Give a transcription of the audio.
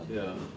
ya